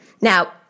Now